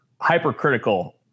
hypercritical